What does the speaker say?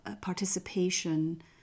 participation